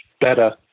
better